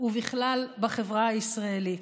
ובכלל בחברה הישראלית.